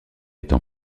étant